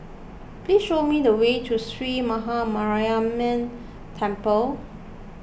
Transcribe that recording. please show me the way to Sree Maha Mariamman Temple